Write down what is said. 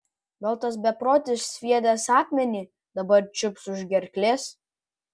gal tas beprotis sviedęs akmenį dabar čiups už gerklės